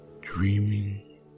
dreaming